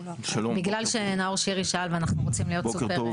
בגלל שנאור שירי שאל ואנחנו רוצים לפרט.